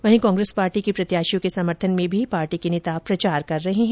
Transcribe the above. वहीं कांग्रेस पार्टी के प्रत्याशियों के समर्थन में भी पार्टी के नेता प्रचार कर रहे हैं